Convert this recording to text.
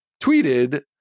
tweeted